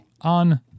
on